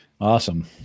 Awesome